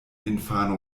infano